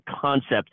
concept